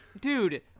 Dude